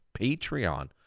Patreon